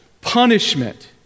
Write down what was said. punishment